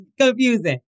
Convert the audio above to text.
confusing